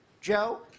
Joe